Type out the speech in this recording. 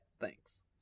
thanks